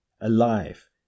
alive